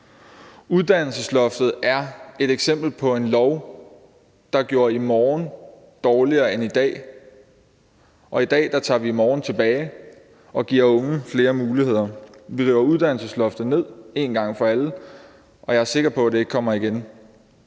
Uddannelsesloftet er et eksempel på en lov, der gjorde i morgen dårligere end i dag, og i dag tager vi i morgen tilbage og giver unge flere muligheder. Vi lukker uddannelsesloftet ned en gang for alle, og jeg er sikker på, at det ikke kommer igen.